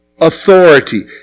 authority